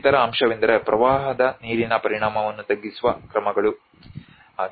ಇತರ ಅಂಶವೆಂದರೆ ಪ್ರವಾಹದ ನೀರಿನ ಪರಿಣಾಮವನ್ನು ತಗ್ಗಿಸುವ ಕ್ರಮಗಳು